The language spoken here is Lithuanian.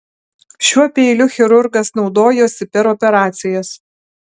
šiuo peiliu chirurgas naudojosi per operacijas